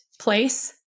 place